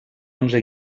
onze